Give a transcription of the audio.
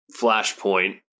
flashpoint